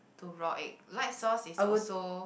two raw egg light sauce is also